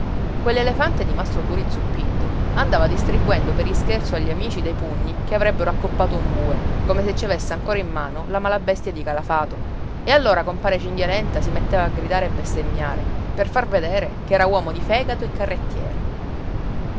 cinghialenta quell'elefante di mastro turi zuppiddu andava distribuendo per ischerzo agli amici dei pugni che avrebbero accoppato un bue come se ci avesse ancora in mano la malabestia di calafato e allora compare cinghialenta si metteva a gridare e bestemmiare per far vedere che era uomo di fegato e carrettiere